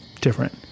different